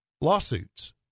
lawsuits